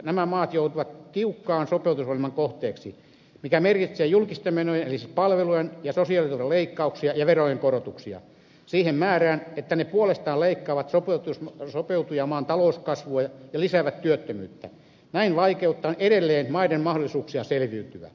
nämä maat joutuvat tiukan sopeutusohjelman kohteeksi mikä merkitsee julkisten menojen eli siis palvelujen ja sosiaaliturvan leikkauksia ja verojen korotuksia siihen määrään että ne puolestaan leikkaavat sopeutujamaan talouskasvua ja lisäävät työttömyyttä näin vaikeuttaen edelleen maiden mahdollisuuksia selviytyä